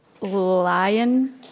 Lion